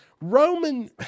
Roman